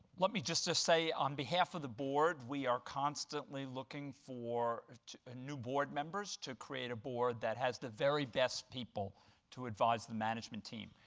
let me just say on behalf of the board, we are constantly looking for ah new board members to create a board that has the very best people to advise the management team.